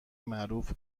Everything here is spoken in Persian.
معروف